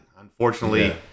Unfortunately